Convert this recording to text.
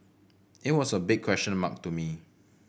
it was a big question mark to me